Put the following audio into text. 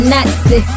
Nazi